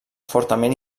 fortament